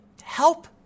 help